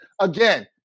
again